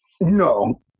No